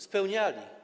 Spełniali.